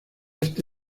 este